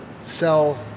sell